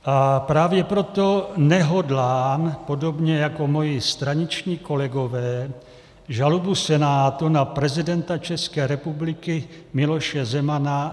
A právě proto nehodlám, podobně jako moji straničtí kolegové, žalobu Senátu na prezidenta České republiky Miloše Zemana podporovat.